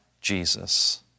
Jesus